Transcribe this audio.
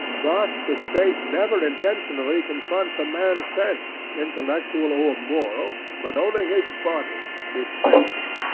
thus the state never intentionally confronts a man's sense, intellectual or moral, but only his body, his senses.